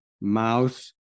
mouse